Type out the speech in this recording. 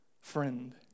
friend